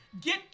Get